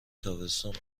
تابستون